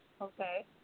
Okay